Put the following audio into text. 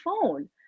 phone